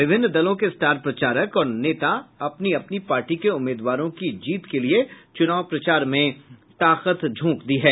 विभिन्न दलों के स्टार प्रचारक और नेता अपनी अपनी पार्टी के उम्मीदवारों की जीत के लिए चुनाव प्रचार में ताकत झोंक दी है